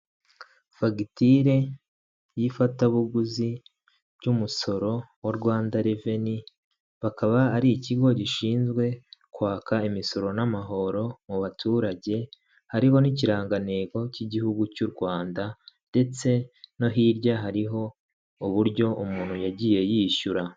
Fagitire y'ifatabuguzi ry'umusoro wa Rwanda reveni, bakaba ari ikigo gishinzwe kwaka imisoro n'amahoro mu baturage, hariho n'ikirangantego cy'igihugu cy'u Rwanda ndetse no hirya hariho uburyo umuntu yagiye yishyura.